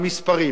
המספרים.